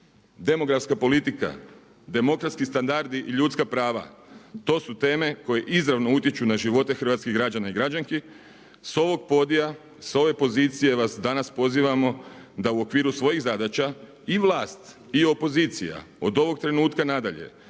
demografska politika, demokratski standardi i ljudska prava to su teme koje izravno utječu na živote hrvatskih građana i građanki. S ovog podija, s ove pozicije vas danas pozivamo da u okviru svojih zadaća i vlast i opozicija od ovog trenutka na dalje